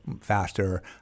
faster